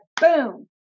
boom